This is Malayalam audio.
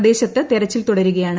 പ്രദേശത്ത് തെരച്ചിൽ തുടരുകയാണ്